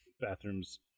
bathrooms